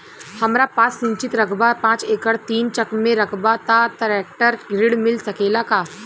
हमरा पास सिंचित रकबा पांच एकड़ तीन चक में रकबा बा त ट्रेक्टर ऋण मिल सकेला का?